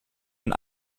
und